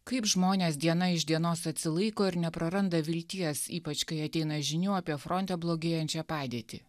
kaip žmonės diena iš dienos atsilaiko ir nepraranda vilties ypač kai ateina žinių apie fronte blogėjančią padėtį